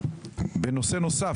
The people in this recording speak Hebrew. ונושא נוסף,